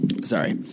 Sorry